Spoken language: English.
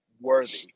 worthy